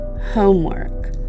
Homework